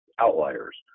outliers